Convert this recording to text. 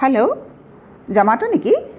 hello জামাট' নেকি